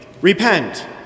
Repent